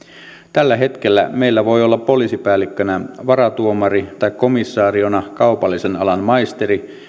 tällä hetkellä meillä voi olla poliisipäällikkönä varatuomari tai komisariona kaupallisen alan maisteri